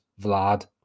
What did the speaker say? Vlad